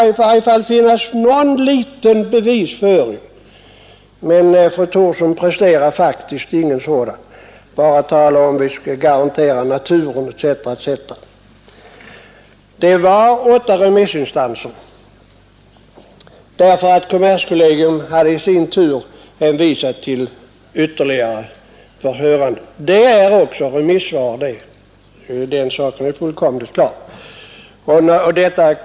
Det måste finnas någon liten bevisföring, och fru Thorsson presterar faktiskt ingen sådan. Hon talar bara om att vi skall garantera naturen etc. etc. Det var åtta remissinstanser, därför att kommerskollegium hade i sin tur hänvisat till ytterligare instanser för hörande. Det blir också remissvar, den saken är fullkomligt klar.